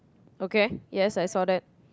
okay yes I saw that